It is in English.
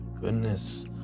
Goodness